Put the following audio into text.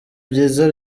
byiza